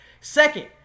Second